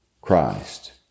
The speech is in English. Christ